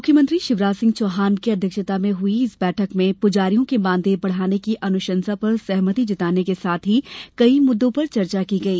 मुख्यमंत्री शिवराज सिंह चौहान की अध्यक्षता में हुई इस बैठक में पुजारियों के मानदेय बढ़ाने की अनुशंसा पर सहमति जताने के साथ ही कई मुद्दों पर चर्चा की गई